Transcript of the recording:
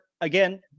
again